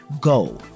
go